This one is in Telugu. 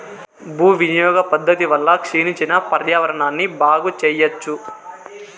భూ వినియోగ పద్ధతి వల్ల క్షీణించిన పర్యావరణాన్ని బాగు చెయ్యచ్చు